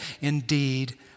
Indeed